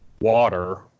water